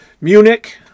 Munich